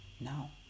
now